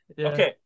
Okay